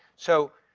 so,